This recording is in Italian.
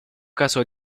caso